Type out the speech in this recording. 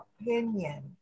opinion